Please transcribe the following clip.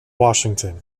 washington